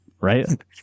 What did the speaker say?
right